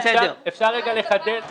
אתם פוגעים בחקלאות בישראל